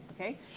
okay